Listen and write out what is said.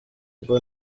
ngo